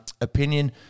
opinion